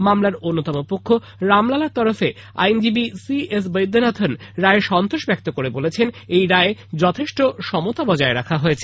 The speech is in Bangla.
মামলার অন্যতম পক্ষ রামলালার তরফের আইনজীবী সিএস বৈদ্যনাথন রায়ে সন্তোষ ব্যক্ত করে বলেছেন যে এই রায়ে যথেষ্ট সমতা বজায় রাখা হয়েছে